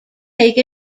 take